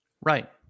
Right